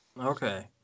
Okay